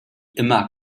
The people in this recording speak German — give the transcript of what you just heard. immer